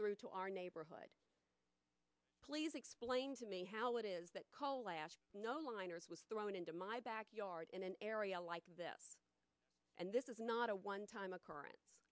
through to our neighborhood please explain to me how it is that call last no liner was thrown into my backyard in an area like this and this is not a one time occurrence